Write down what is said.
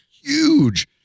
huge